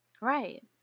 Right